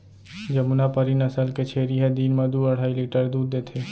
जमुनापारी नसल के छेरी ह दिन म दू अढ़ाई लीटर दूद देथे